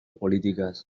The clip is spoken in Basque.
politikaz